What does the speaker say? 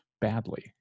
badly